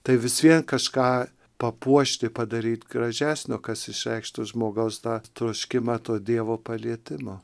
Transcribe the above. tai vis vien kažką papuošti padaryt gražesnio kas išreikštų žmogaus tą troškimą to dievo palietimo